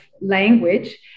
language